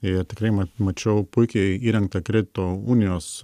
ir tikrai ma mačiau puikiai įrengtą kredito unijos